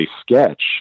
sketch